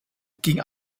ging